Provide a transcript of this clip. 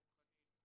לימור חנין,